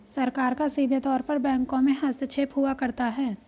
सरकार का सीधे तौर पर बैंकों में हस्तक्षेप हुआ करता है